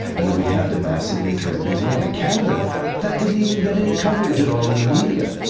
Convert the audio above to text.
and that we had to massively turn things around. in canada that didn't even get any coverage at all in the media.